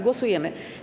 Głosujemy.